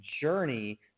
journey